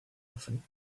often